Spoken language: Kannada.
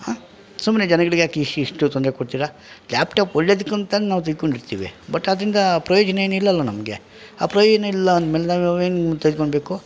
ಸುಮ್ಮನೆ ಜನಗಳಿಗೆ ಯಾಕೆ ಇಷ್ಟಿಷ್ಟು ತೊಂದರೆ ಕೊಡ್ತೀರಾ ಲ್ಯಾಪ್ಟಾಪ್ ಒಳ್ಳೆದಕ್ಕಂತಂದು ನಾವು ತೆಗೆದ್ಕೊಂಡಿರ್ತೀವಿ ಬಟ್ ಅದರಿಂದ ಪ್ರಯೋಜನ ಏನಿಲ್ಲಲ್ಲ ನಮಗೆ ಆ ಪ್ರಯೋಜನ ಇಲ್ಲ ಅಂದ್ಮೇಲೆ ನಾವು ಏನು ತೆಗ್ದ್ಕೊಂಬೇಕು